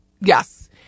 Yes